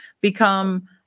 become